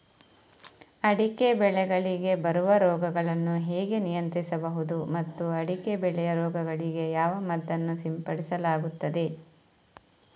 ಅಡಿಕೆ ಬೆಳೆಗಳಿಗೆ ಬರುವ ರೋಗಗಳನ್ನು ಹೇಗೆ ನಿಯಂತ್ರಿಸಬಹುದು ಮತ್ತು ಅಡಿಕೆ ಬೆಳೆಯ ರೋಗಗಳಿಗೆ ಯಾವ ಮದ್ದನ್ನು ಸಿಂಪಡಿಸಲಾಗುತ್ತದೆ?